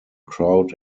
crowd